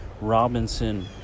Robinson